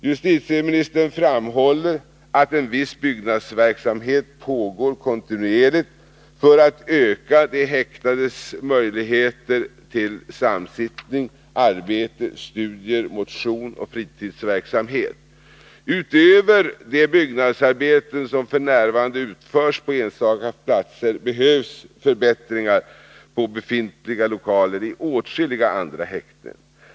Justitieministern framhåller att en viss byggnadsverksamhet pågår kontinuerligt för att man skall kunna öka de häktades möjligheter till s.k. samsittning och till arbete, studier, motion och fritidsverksamhet. Utöver de byggnadsarbeten som f. n. utförs på enstaka platser behövs förbättringar av befintliga lokaler i åtskilliga andra häkten.